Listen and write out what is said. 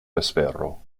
vespero